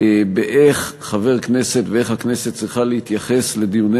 איך חבר כנסת ואיך הכנסת צריכים להתייחס לדיוני